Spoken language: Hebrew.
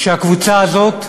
שהקבוצה הזאת,